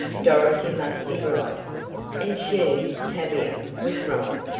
dorothy must be right and she, tavia, was wrong.